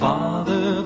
Father